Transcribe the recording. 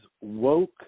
woke